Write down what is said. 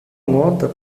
nota